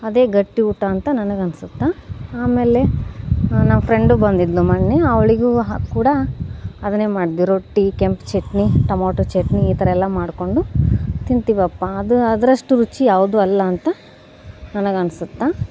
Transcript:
ಅದೇ ಗಟ್ಟಿ ಊಟ ಅಂತ ನನಗೆ ಅನ್ಸುತ್ತೆ ಆಮೇಲೆ ನನ್ನ ಫ್ರೆಂಡು ಬಂದಿದ್ದಳು ಮೊನ್ನೆ ಅವಳಿಗೂ ಹ ಕೂಡ ಅದನ್ನೇ ಮಾಡಿದೆ ರೊಟ್ಟಿ ಕೆಂಪು ಚಟ್ನಿ ಟೊಮಾಟೊ ಚಟ್ನಿ ಈ ಥರ ಎಲ್ಲ ಮಾಡ್ಕೊಂಡು ತಿಂತೀವಪ್ಪ ಅದು ಅದ್ರಷ್ಟು ರುಚಿ ಯಾವುದು ಅಲ್ಲ ಅಂತ ನನಗೆ ಅನ್ಸುತ್ತೆ